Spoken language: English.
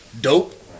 dope